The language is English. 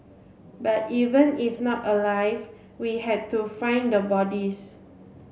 but even if not alive we had to find the bodies